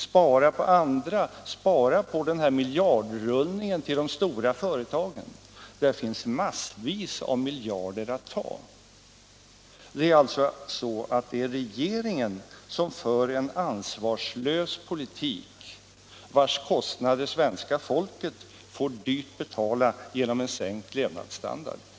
Spara på miljardrullningen till de stora företagen! Där finns massvis av miljarder att ta. Regeringen för alltså en ansvarslös politik, vars kostnader svenska fol ket får dyrt betala genom en sänkt levnadsstandard.